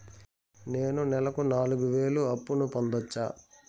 నేను నెలకు నాలుగు వేలు అప్పును పొందొచ్చా?